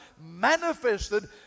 manifested